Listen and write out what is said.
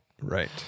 Right